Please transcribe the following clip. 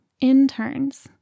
interns